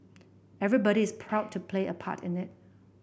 everybody is proud to play a part in it